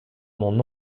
mon